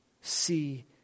see